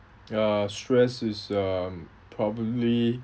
ya stress is um probably